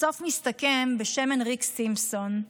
בסוף מסתכם בשמן ריק סימפסון.